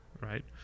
right